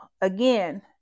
again